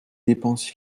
dépenses